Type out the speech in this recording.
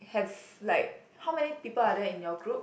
have like how many people are there in your group